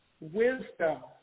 wisdom